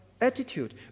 attitude